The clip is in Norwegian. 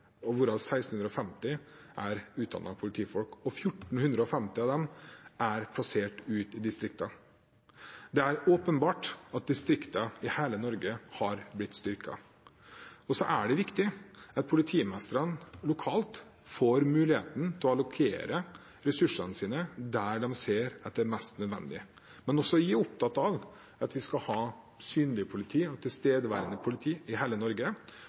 hvorav 1 650 er utdannede politifolk, og 1 450 av dem er plassert ute i distriktene. Det er åpenbart at distriktene i hele Norge har blitt styrket. Det er viktig at politimestrene lokalt får muligheten til å allokere ressursene sine til der de ser at det er mest nødvendig. Men også jeg er opptatt av at vi skal ha et synlig og tilstedeværende politi i hele Norge,